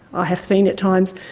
ah have seen at times,